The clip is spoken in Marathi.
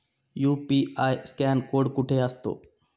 यु.पी.आय स्कॅन कोड कुठे असतो?